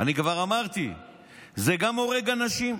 אני כבר אמרתי, זה גם הורג אנשים.